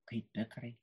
kaip ikrai